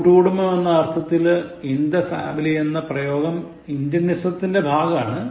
കൂട്ട്കുടുംബം എന്ന അർത്ഥത്തിൽ in the family എന്ന് പ്രയോഗം ഇന്ത്യനിസത്തിന്റെ ഭാഗം ആണ്